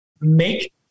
make